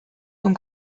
von